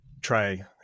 try